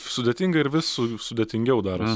sudėtinga ir vis sudėtingiau daros